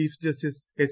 chief justice S